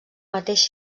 mateix